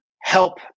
help